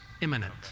imminent